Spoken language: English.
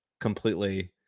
completely